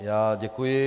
Já děkuji.